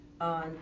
on